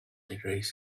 degrees